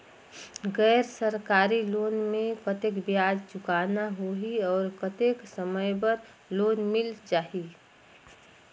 गैर सरकारी लोन मे कतेक ब्याज चुकाना होही और कतेक समय बर लोन मिल जाहि?